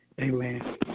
Amen